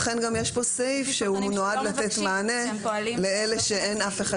לכן גם יש כאן סעיף שנועד לתת מענה לאלה שאין אף אחד